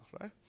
right